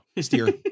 steer